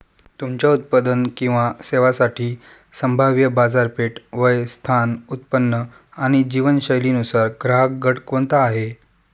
तुमच्या उत्पादन किंवा सेवांसाठी संभाव्य बाजारपेठ, वय, स्थान, उत्पन्न आणि जीवनशैलीनुसार ग्राहकगट कोणता आहे?